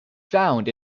found